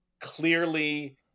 clearly